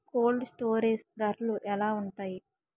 Cold storage ధరలు ఎలా ఉంటాయి?